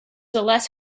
less